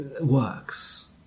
works